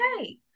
okay